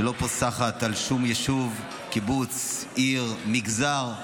שלא פוסחת על שום יישוב, קיבוץ, עיר, מגזר,